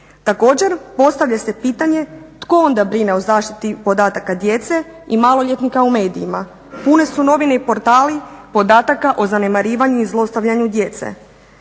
Također, postavlja se pitanje tko onda brine o zaštiti podataka djece i maloljetnika u medijima. Pune su novine i portali podataka o zanemarivanju i zlostavljanju djece.